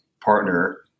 partner